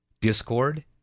Discord